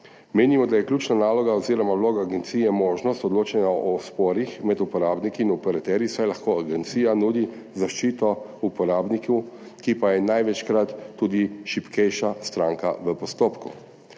Menimo, da je ključna naloga oziroma vloga agencije možnost odločanja o sporih med uporabniki in operaterji, saj lahko agencija nudi zaščito uporabniku, ki pa je največkrat tudi šibkejša stranka v postopku.